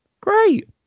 great